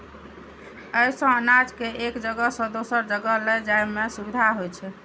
अय सं अनाज कें एक जगह सं दोसर जगह लए जाइ में सुविधा होइ छै